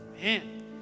Man